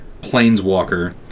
Planeswalker